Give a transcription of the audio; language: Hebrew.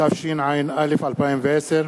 התשע"א 2010,